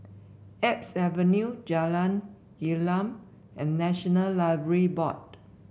Alps Avenue Jalan Gelam and National Library Board